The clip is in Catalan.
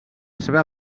seva